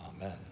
amen